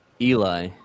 Eli